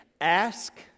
Ask